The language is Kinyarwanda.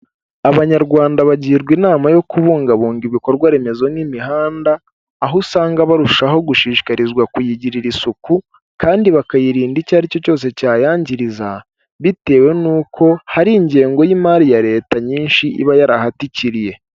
Abanyarwanda bagirwa inama yo kubungabunga ibikorwa remezo n'imihanda, aho usanga barushaho gushishikarizwa kuyigirira isuku kandi bakayirinda icyo ari cyo cyose cyayangiriza bitewe n'uko hari ingengo y'imari ya leta nyinshi iba yarahatikiriye.